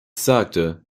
sagte